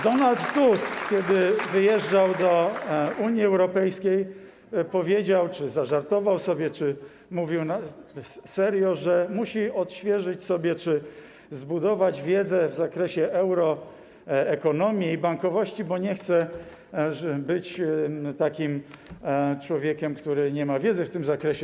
Donald Tusk, kiedy wyjeżdżał do Unii Europejskiej, powiedział, zażartował sobie czy mówił serio, że musi odświeżyć sobie czy zbudować wiedzę w zakresie euroekonomii i bankowości, bo nie chce być takim człowiekiem, który nie ma wiedzy w tym zakresie.